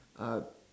uh